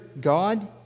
God